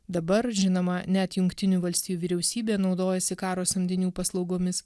dabar žinoma net jungtinių valstijų vyriausybė naudojasi karo samdinių paslaugomis